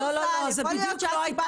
---- אני יודעת בדיוק מה אני עברתי